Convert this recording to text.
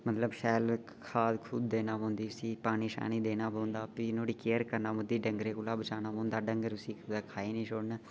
फ्ही मतलब शैल खाद्य खुद देनी पौंदी इसी पानी पूनी देना पौंदा फ्ही नुआढ़ी केयर करना पौंदी डंगरें कोला बचाना पौंदा डंगर उसी कुते खाई नी छोड़न